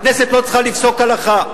הכנסת לא צריכה לפסוק הלכה.